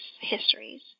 histories